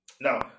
Now